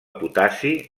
potassi